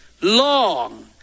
long